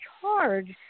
charge